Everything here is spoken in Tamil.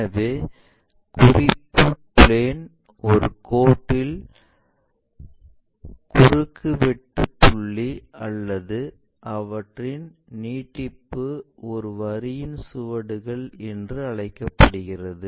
எனவே குறிப்பு பிளேன் ஒரு கோட்டின் குறுக்குவெட்டு புள்ளி அல்லது அவற்றின் நீட்டிப்பு ஒரு வரியின் சுவடுகள் என்று அழைக்கப்படுகிறது